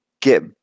get